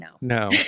No